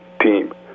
team